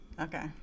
Okay